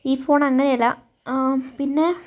ഈ ഫോണങ്ങനെ അല്ല പിന്നെ